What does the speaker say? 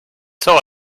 sort